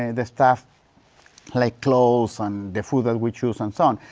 ah the stuff like clothes and the food that we choose and so on.